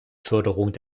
förderung